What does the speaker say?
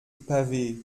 pavé